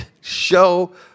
show